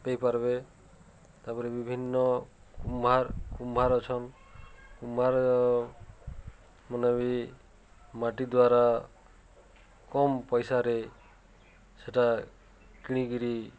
ପାଇପାର୍ବେ ତା'ପରେ ବିଭିନ୍ନ କୁମ୍ଭାର୍ କୁମ୍ଭାର୍ ଅଛନ୍ କୁମ୍ଭାର୍ମାନେ ବି ମାଟି ଦ୍ୱାରା କମ୍ ପଇସାରେ ସେଟା କିଣିକିରି